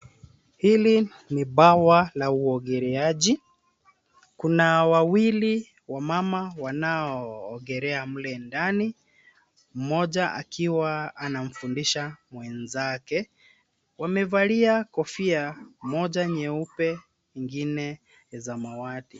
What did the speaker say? Hili ni bwawa la uogeleaji. Kuna wawili wamama wanaoogelea mle ndani. Mmoja akiwa anamfundisha mwenzake. Wamevalia kofia mmoja nyeupe na nyengine samawati.